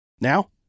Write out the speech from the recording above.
Now